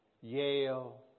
Yale